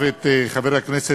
שהורשע,